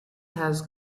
has